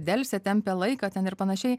delsia tempia laiką ten ir panašiai